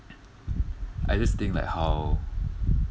I just think like how